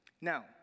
Now